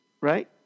right